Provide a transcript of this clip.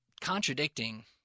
contradicting –